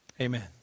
Amen